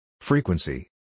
Frequency